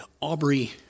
Aubrey